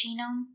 genome